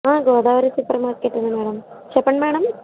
Godavari super మార్కెటే madam చెప్పండి madam